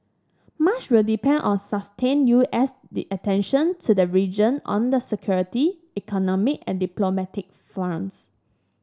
much will depend on sustained U S the attention to the region on the security economic and diplomatic fronts